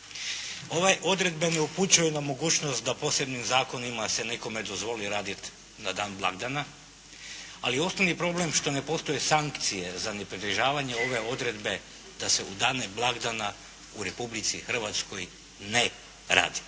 Ove odredbe ne upućuju na mogućnost da posebnim zakonima se nekome dozvoli raditi na dan blagdana, ali je osnovni problem što ne postoje sankcije za nepridržavanje ove odredbe da se u dane blagdana u Republici Hrvatskoj ne radi.